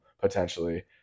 potentially